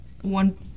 one